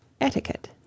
Etiquette